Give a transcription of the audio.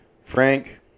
Frank